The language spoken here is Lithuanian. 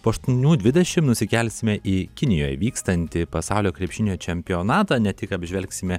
po aštuonių dvidešimt nusikelsime į kinijoje vykstantį pasaulio krepšinio čempionatą ne tik apžvelgsime